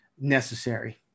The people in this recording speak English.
necessary